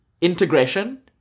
integration